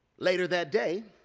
later that day,